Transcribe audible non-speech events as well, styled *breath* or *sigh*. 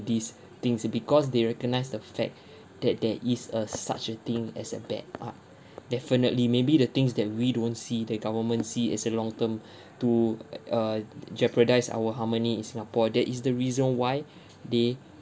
these things because they recognise the fact *breath* that there is uh such a thing as a bad art *breath* definitely maybe the things that we don't see the government see as a long term *breath* to uh uh jeopardize our harmony in singapore that is the reason why *breath* they